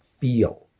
feel